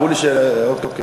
אוקיי.